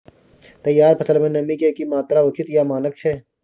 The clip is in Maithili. तैयार फसल में नमी के की मात्रा उचित या मानक छै?